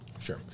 Sure